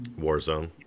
Warzone